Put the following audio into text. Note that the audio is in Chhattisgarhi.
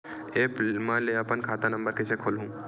एप्प म ले अपन खाता नम्बर कइसे खोलहु?